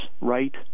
right